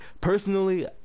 personally